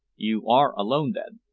you are alone, then?